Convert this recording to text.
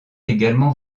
également